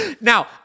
Now